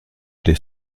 des